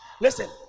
listen